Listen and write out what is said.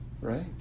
right